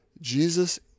Jesus